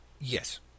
yes